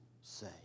say